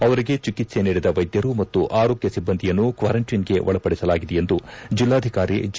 ಅವರಿಗೆ ಚಿಕಿತ್ಸೆ ನೀಡಿದ ವೈದ್ಯರು ಮತ್ತು ಆರೋಗ್ಯ ಸಿಬ್ಬಂದಿಯನ್ನು ಕ್ವಾರಂಟೈನ್ಗೆ ಒಳಪಡಿಸಲಾಗಿದೆ ಎಂದು ಜಿಲ್ಲಾಧಿಕಾರಿ ಜಿ